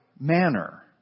manner